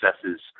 successes